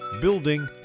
Building